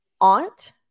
aunt –